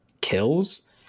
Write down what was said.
kills